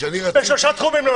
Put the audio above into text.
בשלושה תחומים: